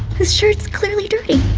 his shirt's clearly dirty.